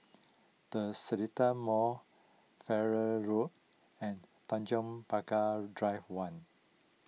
the Seletar Mall Farrer Road and Tanjong Pagar Drive one